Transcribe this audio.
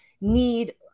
need